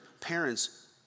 parents